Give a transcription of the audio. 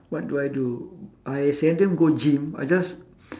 what do I do I seldom go gym I just